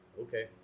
okay